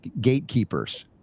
gatekeepers